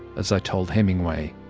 as i told hemingway,